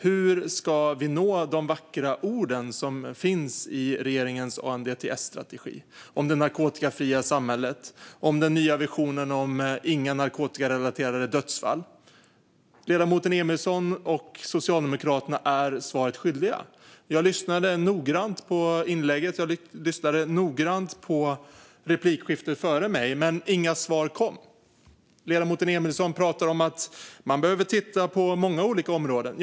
Hur ska vi nå de vackra ord som finns i regeringens ANDTS-strategi om det narkotikafria samhället och om den nya visionen om inga narkotikarelaterade dödsfall? Ledamoten Emilsson och Socialdemokraterna är svaret skyldiga. Jag lyssnade noggrant på inlägget och på replikskiftet före mitt, men inga svar kom. Ledamoten Emilsson pratar om att man behöver titta på många olika områden.